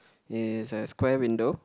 is a square window